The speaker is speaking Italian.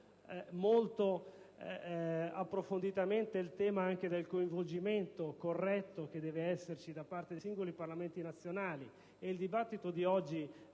molto approfonditamente il tema del coinvolgimento corretto che deve esserci da parte dei singoli Parlamenti nazionali, e il dibattito di oggi,